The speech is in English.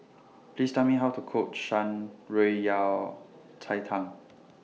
Please Tell Me How to Cook Shan Rui Yao Cai Tang